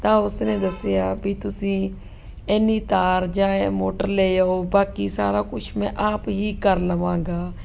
ਤਾਂ ਉਸਨੇ ਦੱਸਿਆ ਵੀ ਤੁਸੀਂ ਇੰਨੀ ਤਾਰ ਜਾਂ ਮੋਟਰ ਲੈ ਆਓ ਬਾਕੀ ਸਾਰਾ ਕੁਛ ਮੈਂ ਆਪ ਹੀ ਕਰ ਲਵਾਂਗਾ